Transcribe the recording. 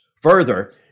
Further